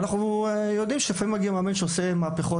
אבל אנחנו יודעים שלפעמים מגיע מאמן שעושה מהפכות.